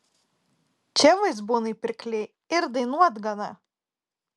čia vaizbūnai pirkliai ir dainuoti gana